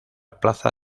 plaza